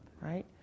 right